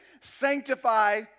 Sanctify